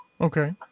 Okay